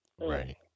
right